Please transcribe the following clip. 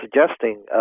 suggesting